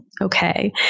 okay